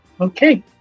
Okay